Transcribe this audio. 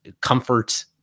comfort